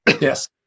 Yes